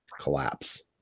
collapse